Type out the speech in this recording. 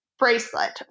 Bracelet